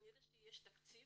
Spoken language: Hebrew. כנראה שיש תקציב